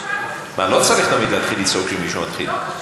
לא צריך תמיד להתחיל לצעוק כשמישהו מתחיל.